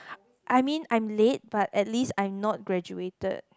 I mean I'm late but at least I'm not graduated